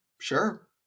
sure